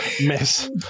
Miss